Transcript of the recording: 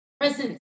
present